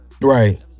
Right